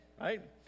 right